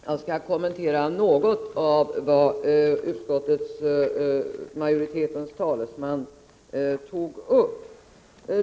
Herr talman! Det var mycket det här. Jag skall kommentera något av vad utskottsmajoritetens talesman tog upp.